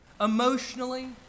emotionally